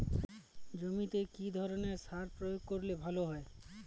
জমিতে কি ধরনের সার প্রয়োগ করলে ভালো হয়?